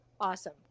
Awesome